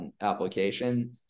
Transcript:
application